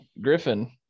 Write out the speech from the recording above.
Griffin